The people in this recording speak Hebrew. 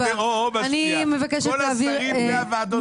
כנ"ל קצבאות וכך הלאה.